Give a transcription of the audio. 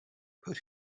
put